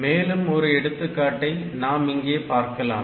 மேலும் ஒரு எடுத்துக்காட்டை நாம் இங்கே பார்க்கலாம்